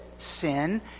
Sin